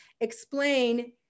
explain